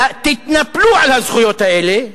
אלא תתנפלו על הזכויות האלה,